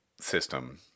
system